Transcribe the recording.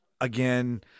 again